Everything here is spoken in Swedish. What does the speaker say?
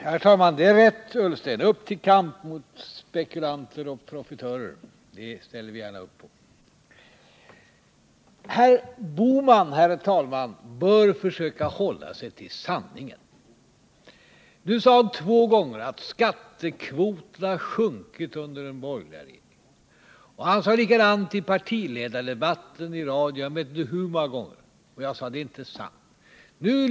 Herr talman! Det är rätt, herr Ullsten. Upp till kamp mot spekulanter och profitörer! Det ställer vi gärna upp på. Herr Bohman bör försöka hålla sig till sanningen. Nu sade han två gånger att skattekvoten har sjunkit under den borgerliga regeringen. Han sade likadant i partiledardebatten i radio — jag vet inte hur många gånger. Jag sade att det inte var sant.